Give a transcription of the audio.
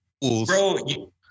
bro